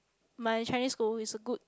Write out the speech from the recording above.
my Chinese school is the good